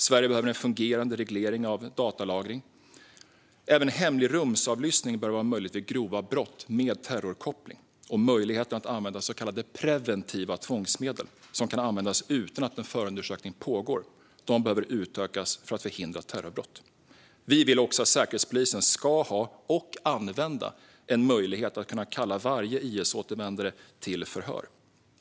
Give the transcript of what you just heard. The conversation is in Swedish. Sverige behöver en fungerande reglering av datalagring. Även hemlig rumsavlyssning bör vara möjlig vid grova brott med terrorkoppling. Möjligheten att använda så kallade preventiva tvångsmedel, som kan användas utan att någon förundersökning pågår, behöver utökas för att förhindra terrorbrott. Vi vill att Säkerhetspolisen ska ha och använda en möjlighet att kalla varje IS-återvändare till förhör.